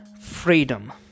freedom